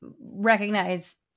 recognize